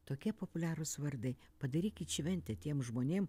tokie populiarūs vardai padarykit šventę tiem žmonėm